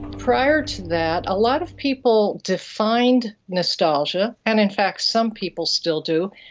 prior to that, a lot of people defined nostalgia, and in fact some people still do,